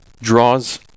draws